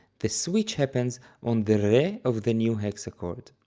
the switch happens on the re of the new hexachord,